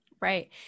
Right